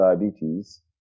diabetes